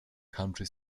country